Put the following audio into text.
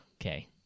Okay